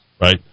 right